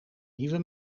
nieuwe